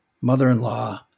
mother-in-law